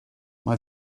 mae